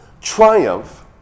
triumph